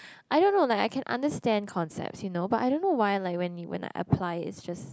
I don't know like I can understand concepts you know but I don't know why like when I apply it it's just